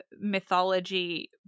mythology